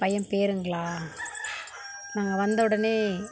பையன் பேருங்களா நாங்கள் வந்த உடனே